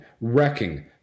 wrecking